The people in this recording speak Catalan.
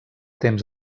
temps